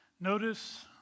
Notice